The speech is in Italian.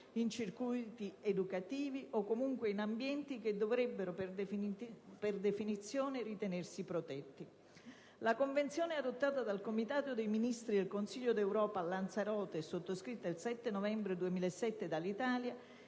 in circuiti educativi o comunque in ambienti che dovrebbero, per definizione, ritenersi protetti. La Convenzione adottata dal Comitato dei ministri del Consiglio d'Europa a Lanzarote, sottoscritta il 7 novembre del 2007 dall'Italia,